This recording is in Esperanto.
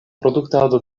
produktado